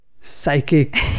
psychic